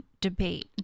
debate